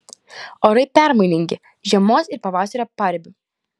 orai permainingi žiemos ir pavasario paribiu